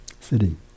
sitting